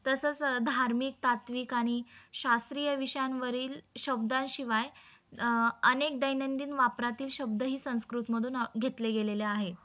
तसंच धार्मिक तात्त्विक आणि शास्त्रीय विषयांवरील शब्दांशिवाय अनेक दैनंदिन वापरातील शब्दही संस्कृतमधून घेतले गेलेले आहे